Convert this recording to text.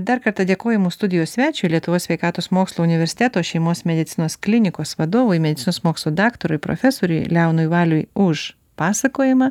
dar kartą dėkoju mūsų studijos svečiui lietuvos sveikatos mokslų universiteto šeimos medicinos klinikos vadovui medicinos mokslų daktarui profesoriui leonui valiui už pasakojimą